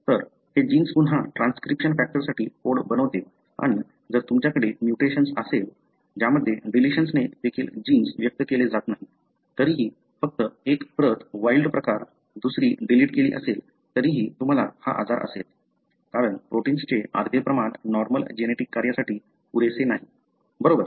तर हे जीन्स पुन्हा ट्रान्सक्रिप्शन फॅक्टरसाठी कोड बनवते आणि जर तुमच्या कडे म्युटेशन्स असेल ज्यामध्ये डिलिशन्स ने देखील जीन्स व्यक्त केले जात नाही तरीही फक्त एक प्रत वाइल्ड प्रकार दुसरी डिलीट केली असेल तरीही तुम्हाला हा आजार असेल कारण प्रोटिन्सचे अर्धे प्रमाण नॉर्मल जेनेटिक कार्यासाठी पुरेसे नाही बरोबर